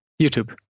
YouTube